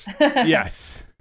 yes